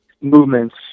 movements